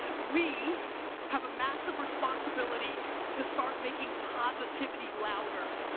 we have a massive responsibility to start making positivity louder.